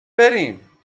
بریم